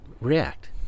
react